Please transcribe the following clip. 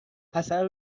حسن